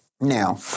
Now